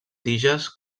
tiges